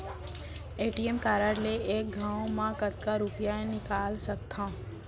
ATM card ले एक घव म कतका रुपिया निकाल सकथव?